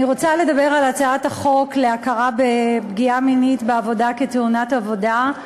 אני רוצה לדבר על הצעת החוק להכרה בפגיעה מינית בעבודה כתאונת עבודה,